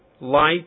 light